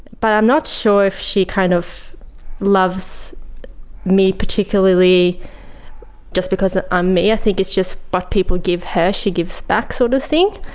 but i'm not sure if she kind of loves me particularly just because ah um me, i think it's just what but people give her, she gives back sort of thing,